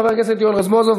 חבר הכנסת יואל רזבוזוב,